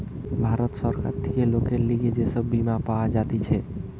ভারত সরকার থেকে লোকের লিগে যে সব বীমা পাওয়া যাতিছে